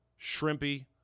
Shrimpy